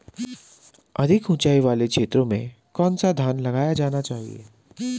अधिक उँचाई वाले क्षेत्रों में कौन सा धान लगाया जाना चाहिए?